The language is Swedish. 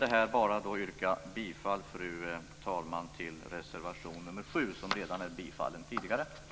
Jag yrkar bifall till reservation nr 7 som redan är tillstyrkt.